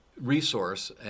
resource